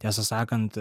tiesą sakant